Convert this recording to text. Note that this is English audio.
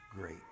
great